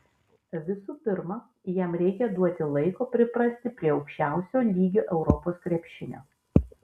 visų pirma jam reikia duoti laiko priprasti prie aukščiausio lygio europos krepšinio